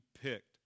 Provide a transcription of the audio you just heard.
picked